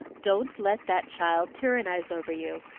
don't let that child tyrannize over you.